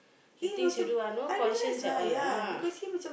the things you do ah no conscience at all ah